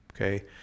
okay